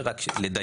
זה רק לדייק.